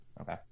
Okay